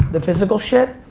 the physical shit,